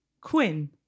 Quinn